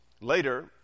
Later